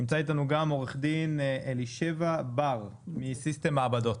נמצאת אתנו עורכת-דין אלישבע בר, מ"סיסטם מעבדות".